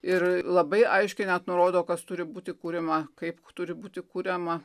ir labai aiškiai net nurodo kas turi būti kuriama kaip turi būti kuriama